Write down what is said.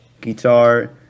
guitar